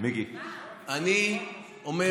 מיקי, מיקי.